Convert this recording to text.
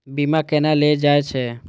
बीमा केना ले जाए छे?